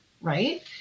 right